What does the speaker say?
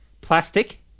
plastic